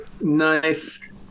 nice